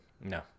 No